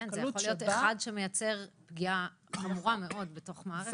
זה יכול להיות אחד שמייצר פגיעה חמורה מאוד בתוך המערכת.